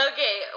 Okay